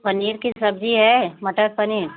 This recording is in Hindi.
पनीर की सब्जी है मटर पनीर